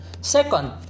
Second